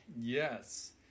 yes